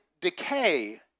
decay